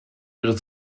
ihre